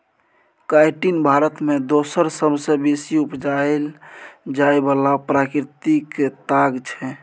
chitin Bharat मे दोसर सबसँ बेसी उपजाएल जाइ बला प्राकृतिक ताग छै